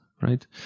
right